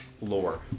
lore